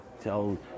tell